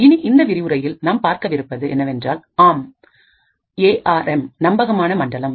இனி இந்த விரிவுரையில் நாம் பார்க்கவிருப்பது என்னவென்றால் ஆம் நம்பகமான மண்டலம்